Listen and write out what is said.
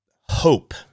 hope